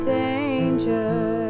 danger